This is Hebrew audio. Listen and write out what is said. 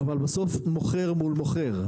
אבל בסוף מוכר מול מוכר,